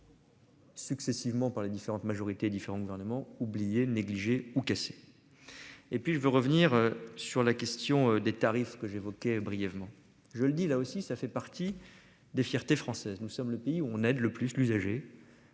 Successivement par les différentes majorités différentes gouvernements oubliés négligés ou cassé. Et puis je veux revenir sur la question des tarifs que j'évoquais, brièvement, je le dis là aussi ça fait partie des fiertés française, nous sommes le pays où on aide le plus l'usager.--